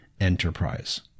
enterprise